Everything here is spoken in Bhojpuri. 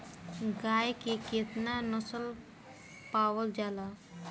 गाय के केतना नस्ल पावल जाला?